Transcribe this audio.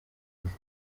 izi